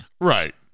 Right